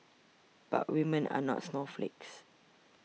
but women are not snowflakes